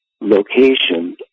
location